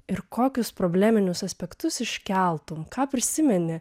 ir kokius probleminius aspektus iškeltum ką prisimeni